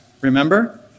Remember